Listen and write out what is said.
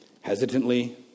Hesitantly